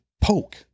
poke